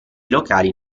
locali